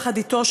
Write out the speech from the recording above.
יחד אתו,